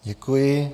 Děkuji.